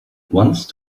once